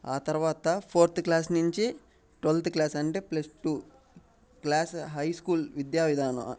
ఆ తర్వాత fourth class నుంచి ట్వల్త్ క్లాస్ అంటే plus two class high school విద్యావిధానం